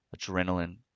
adrenaline